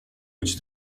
być